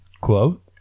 Quote